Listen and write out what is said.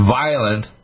violent